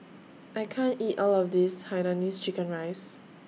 I can't eat All of This Hainanese Chicken Rice